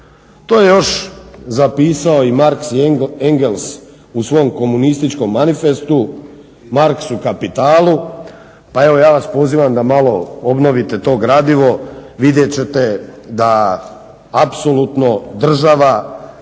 To je još zapisao i Marx i Engels u svom komunističkom manifestu, Marx u kapitalu pa evo ja vas pozivam da malo obnovite to gradivo. Vidjet ćete da apsolutno država